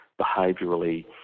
behaviourally